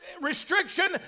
restriction